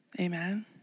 Amen